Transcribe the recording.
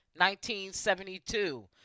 1972